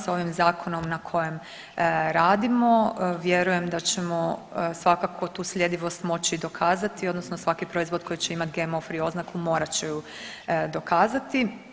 S ovim zakonom na kojem radimo vjerujem da ćemo svakako tu sljedivost moći dokazati odnosno svaki proizvod koji će imati GMO free oznaku morat će ju dokazati.